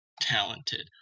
talented